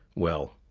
well,